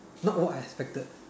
not all I expected